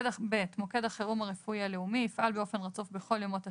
(ב) מוקד החירום הרפואי הלאומי יפעל באופן רצוף בכל ימות השנה,